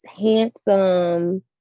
handsome